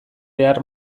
behar